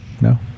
no